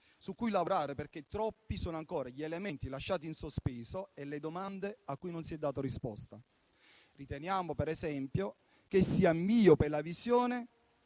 su cui lavorare perché troppi sono ancora gli elementi lasciati in sospeso e le domande a cui non si è data risposta. Riteniamo, per esempio, che sia miope la visione